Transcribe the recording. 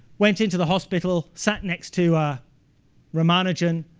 went into the hospital, sat next to ramanujan.